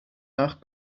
nach